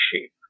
shape